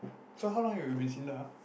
so how long you have been in Sinda ah